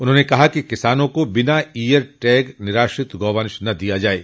उन्होंने कहा कि किसानों को बिना ईयर टैग निराश्रित गोवंश न दिया जाये